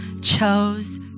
chose